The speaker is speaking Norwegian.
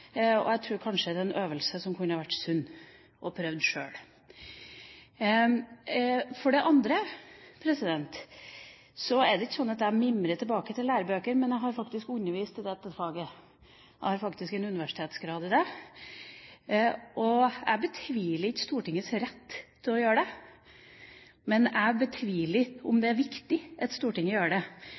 det. Jeg tror kanskje det er en øvelse som kunne vært sunn å prøve sjøl. For det andre er det ikke slik at jeg mimrer tilbake til lærebøkene. Jeg har undervist i dette faget, og jeg har faktisk en universitetsgrad i det. Jeg betviler ikke Stortingets rett til å gjøre det, men jeg betviler at det er viktig at Stortinget gjør det,